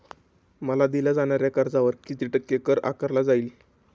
मला दिल्या जाणाऱ्या कर्जावर किती टक्के कर आकारला जाईल?